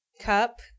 Cup